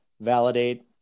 validate